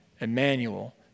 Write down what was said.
Emmanuel